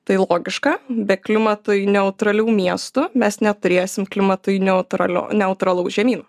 tai logiška be klimatui neutralių miestų mes neturėsim klimatui neutralio neutralaus žemyno